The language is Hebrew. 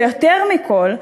ויותר מכול,